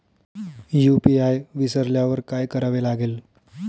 UPI विसरल्यावर काय करावे लागेल?